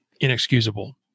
inexcusable